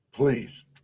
Please